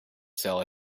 sell